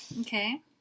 Okay